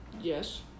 Yes